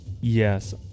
Yes